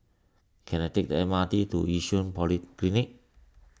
can I take the M R T to Yishun Polyclinic